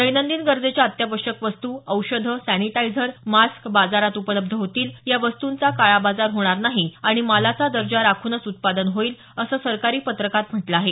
दैनंदिन गरजेच्या अत्यावश्यक वस्तू औषधं सॅनिटायझर मास्क बाजारात उपलब्ध होतील या वस्तूंचा काळाबाजार होणार नाही आणि मालाचा दर्जा राखूनच उत्पादन होईल असं सरकारी पत्रकात म्हटलं आहे